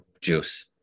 Juice